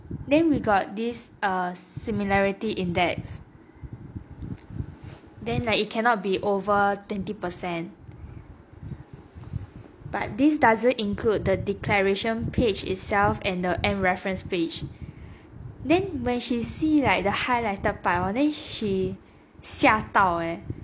then we got this err similarity index then it like cannot be over twenty percent but this doesn't include the declaration page itself and the end reference page then when she see like the highlighted part hor then she 吓到 eh